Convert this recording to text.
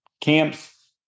camps